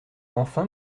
enfin